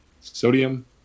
sodium